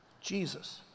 Jesus